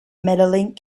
medaling